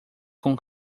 com